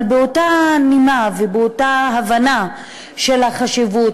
אבל באותה נימה ובאותה הבנה של החשיבות,